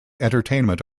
entertainment